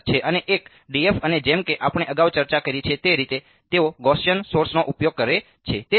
15 છે અને એક df અને જેમ કે આપણે અગાઉ ચર્ચા કરી છે તે રીતે તેઓ ગૌસીયન સોર્સનો ઉપયોગ કરે છે